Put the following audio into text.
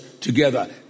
together